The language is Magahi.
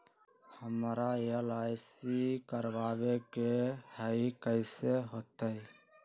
हमरा एल.आई.सी करवावे के हई कैसे होतई?